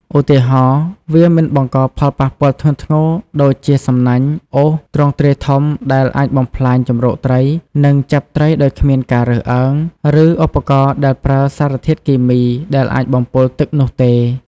ឧទាហរណ៍ វាមិនបង្កផលប៉ះពាល់ធ្ងន់ធ្ងរដូចជាសំណាញ់អូសទ្រង់ទ្រាយធំដែលអាចបំផ្លាញជម្រកត្រី និងចាប់ត្រីដោយគ្មានការរើសអើង ឬឧបករណ៍ដែលប្រើសារធាតុគីមីដែលអាចបំពុលទឹកនោះទេ។